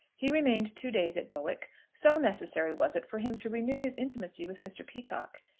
he remained two days at bowick, so necessary was it for him to renew his intimacy with mr. peacocke.